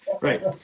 Right